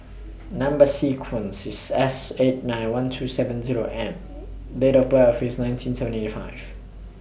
Number sequence IS S eight nine one two seven Zero M Date of birth IS nineteen seventy five